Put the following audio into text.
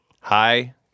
Hi